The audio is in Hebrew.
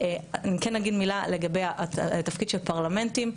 אני כן אגיד מילה לגבי התפקיד של פרלמנטים.